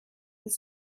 his